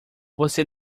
você